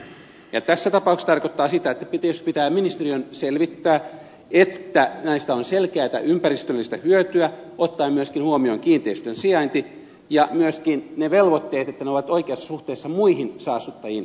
tässä tapauksessa se tarkoittaa sitä että ministeriön pitää selvittää että näistä on selkeätä ympäristöllistä hyötyä ottaen myöskin huomioon kiinteistön sijainti ja myöskin että ne velvoitteet ovat oikeassa suhteessa muihin saastuttajiin yhteiskunnassa